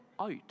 out